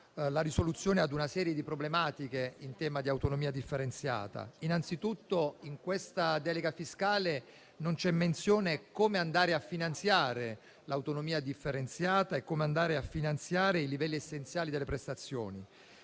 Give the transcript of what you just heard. la risoluzione ad una serie di problematiche in tema di autonomia differenziata. Innanzitutto, in questa delega fiscale non c'è menzione del come andare a finanziare l'autonomia differenziata e i livelli essenziali delle prestazioni.